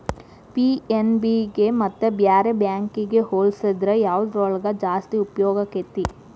PNB ಗೆ ಮತ್ತ ಬ್ಯಾರೆ ಬ್ಯಾಂಕಿಗ್ ಹೊಲ್ಸಿದ್ರ ಯವ್ದ್ರೊಳಗ್ ಜಾಸ್ತಿ ಉಪ್ಯೊಗಾಕ್ಕೇತಿ?